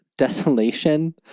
desolation